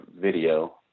video